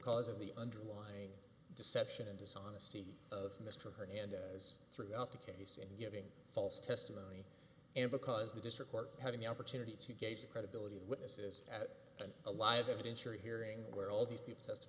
cause of the underlying deception and dishonesty of mr hernandez throughout the case and giving false testimony and because the district court having the opportunity to gauge the credibility of witnesses at a live evidence or hearing where all these people